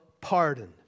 pardon